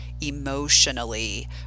emotionally